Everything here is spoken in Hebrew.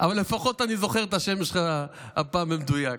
אבל לפחות אני זוכר את השם שלך הפעם במדויק.